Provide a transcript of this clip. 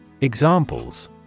Examples